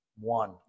one